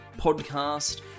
podcast